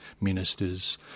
ministers